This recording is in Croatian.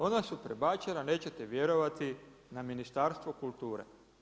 Ona su prebačena nećete vjerovati na Ministarstvo kulture.